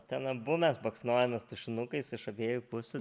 ten abu mes baksnojomės tušinukais iš abiejų pusių